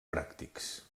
pràctics